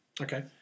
Okay